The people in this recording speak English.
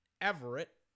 Everett